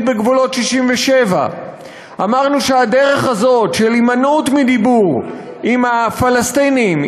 בגבולות 67'. אמרנו שהדרך הזאת של הימנעות מדיבור עם הפלסטינים,